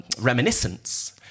reminiscence